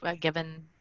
given